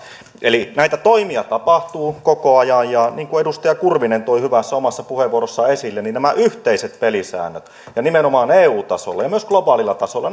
eli näitä toimia tapahtuu koko ajan ja niin kuin edustaja kurvinen toi omassa hyvässä puheenvuorossaan esille nämä yhteiset pelisäännöt nimenomaan eu tasolla ja myös globaalilla tasolla